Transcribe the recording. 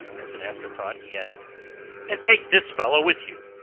as an afterthought, he added and take this fellow with you.